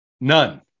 none